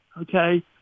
okay